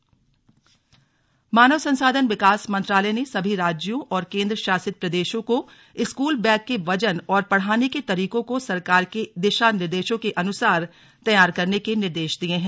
slug school bag वजन मानव संसाधन विकास मंत्रालय ने सभी राज्यों और केन्द्र शासित प्रदेशों को स्कूल बैग के वजन और पढ़ाने के तरीकों को सरकार के दिशा निर्देशों के अनुसार तैयार करने के निर्देश दिये हैं